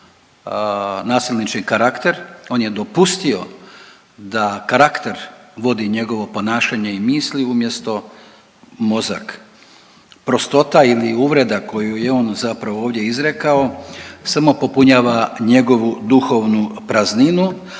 nasilnički karakter, on je dopustio da karakter vodi njegovo ponašanje i misli, umjesto mozak. Prostota ili uvreda koju je on zapravo ovdje izrekao, samo popunjava njegovu duhovnu prazninu,